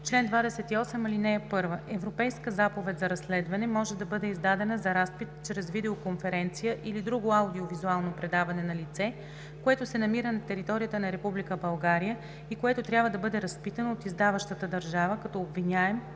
Чл. 28. (1) Европейска заповед за разследване може да бъде издадена за разпит чрез видеоконференция или друго аудио-визуално предаване на лице, което се намира на територията на Република България и което трябва да бъде разпитано от издаващата държава като обвиняем,